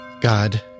God